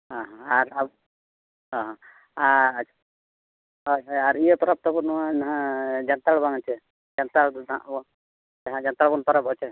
ᱦᱮᱸ ᱟᱨ ᱦᱮᱸ ᱟᱨ ᱦᱚᱭ ᱦᱚᱭ ᱟᱨ ᱤᱭᱟᱹ ᱯᱟᱨᱟᱵᱽ ᱛᱟᱵᱚᱱ ᱱᱚᱣᱟ ᱱᱟᱦᱟᱜ ᱡᱟᱱᱛᱷᱟᱲ ᱵᱟᱝ ᱟ ᱪᱮ ᱡᱟᱱᱛᱷᱟᱲᱨᱮ ᱱᱟᱦᱟᱜ ᱟᱵᱚ ᱡᱟᱱᱛᱷᱟᱲᱵᱚᱱ ᱯᱟᱨᱟᱵᱚᱜᱼᱟ ᱪᱮ